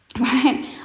right